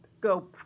go